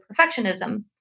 perfectionism